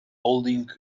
holding